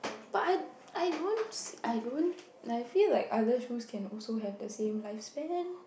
but I I don't I don't I feel like other shoe can also have the same life span